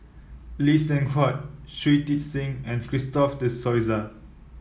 Lee Seng Huat Shui Tit Sing and Christopher De Souza